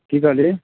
की कहली